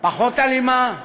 פחות אלימה,